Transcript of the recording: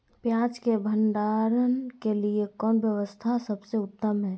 पियाज़ के भंडारण के लिए कौन व्यवस्था सबसे उत्तम है?